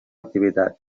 activitat